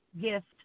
Gift